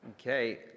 Okay